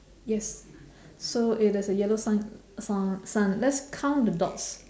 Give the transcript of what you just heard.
yes so it has a yellow sign sun sun let's count the dots